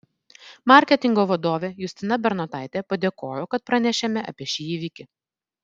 marketingo vadovė justina bernotaitė padėkojo kad pranešėme apie šį įvykį